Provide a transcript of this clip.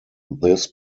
this